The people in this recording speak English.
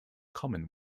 common